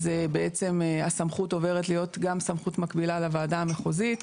אז בעצם הסמכות עוברת להיות גם סמכות מקבילה לוועדה המחוזית.